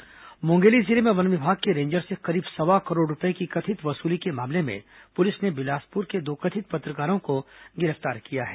ranger वसूली मुंगेली जिले में वन विभाग के रेंजर से करीब सवा करोड़ रूपये की कथित वसूली के मामले में पुलिस ने बिलासपुर के दो कथित पत्रकारों को गिरफ्तार किया है